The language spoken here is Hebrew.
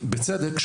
ובצדק,